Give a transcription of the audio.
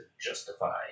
justify